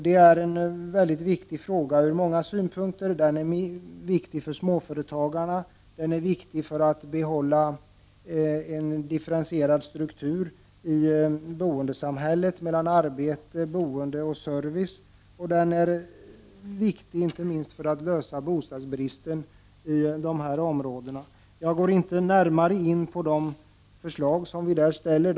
Det är mycket viktiga frågor från många synpunkter: de är viktiga för småföretagarna, de är viktiga när det gäller att behålla en differentierad struktur i boendesamhället mellan arbete, bostad och service, och de är viktiga inte minst när det gäller att lösa bostadsbristen i vissa områden. Jag går inte närmare in på de förslag som vi har framfört.